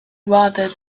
rather